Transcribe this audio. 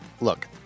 Look